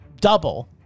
double